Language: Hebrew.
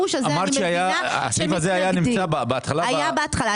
אמרת שהסעיף הזה היה בהתחלה והוציאו אותו.